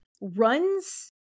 runs